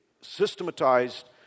systematized